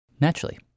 Naturally